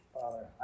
Father